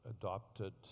adopted